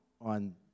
on